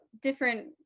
different